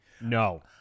no